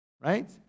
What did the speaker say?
right